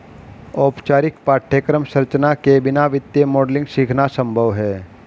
औपचारिक पाठ्यक्रम संरचना के बिना वित्तीय मॉडलिंग सीखना संभव हैं